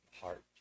heart